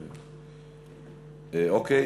אוקיי.